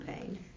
pain